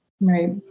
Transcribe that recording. Right